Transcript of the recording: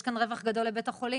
יש כאן רווח גדול מאוד לבית החולים.